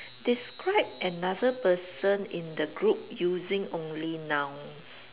describe another person in the group using only nouns